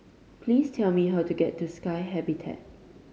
please tell me how to get to Sky Habitat